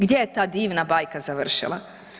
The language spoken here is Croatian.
Gdje je ta divna bajka završila?